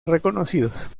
reconocidos